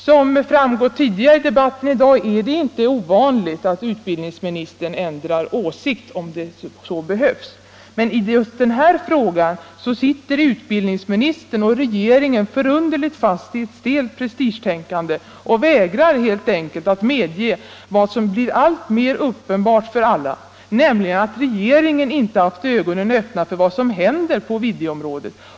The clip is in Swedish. Som framgått av debatten tidigare i dag är det inte ovanligt att utbildningsministern ändrar åsikt om så behövs, men i just den här frågan sitter han och regeringen förunderligt fast i ett stelt prestigetänkande och vägrar helt enkelt att medge vad som blir alltmer uppenbart för alla, nämligen att regeringen inte haft ögonen öppna för vad som händer på videoområdet.